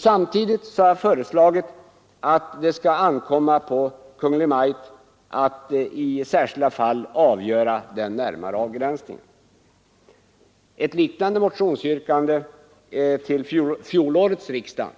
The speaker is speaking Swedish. Samtidigt har jag föreslagit att det skall ankomma på Kungl. Maj:t att i särskilda fall avgöra den närmare avgränsningen. Ett liknande motionsyrkande till fjolårets riksdag